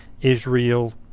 Israel